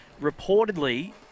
reportedly